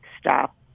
stop